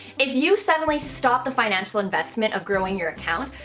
if you suddenly stop the financial investment of growing your account,